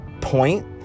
point